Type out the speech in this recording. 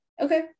Okay